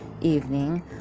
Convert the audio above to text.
evening